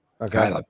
Okay